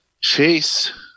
Chase